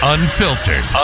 Unfiltered